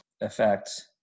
effect